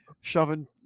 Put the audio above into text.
shoving